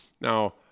Now